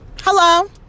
hello